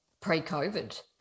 pre-COVID